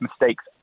mistakes